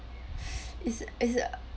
is is